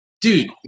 Dude